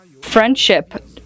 friendship